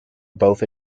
both